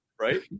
right